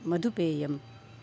मधुपेयं